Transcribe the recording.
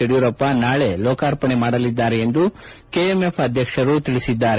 ಯಡಿಯೂರಪ್ಪ ನಾಳೆ ಲೋಕಾರ್ಪಣೆ ಮಾಡಲಿದ್ದಾರೆ ಎಂದು ಕೆಎಂಎಫ್ ಅಧ್ಯಕ್ಷರು ತಿಳಿಸಿದ್ದಾರೆ